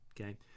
Okay